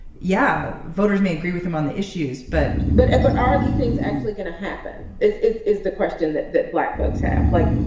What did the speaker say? yeah, voters may agree with him on the issues but but and but are these things actually going to happen? is is the question that that black folks have like.